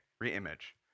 re-image